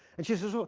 and she says,